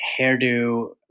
hairdo